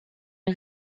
est